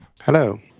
Hello